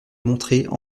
montrer